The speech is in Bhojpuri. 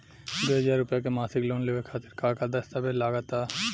दो हज़ार रुपया के मासिक लोन लेवे खातिर का का दस्तावेजऽ लग त?